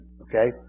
Okay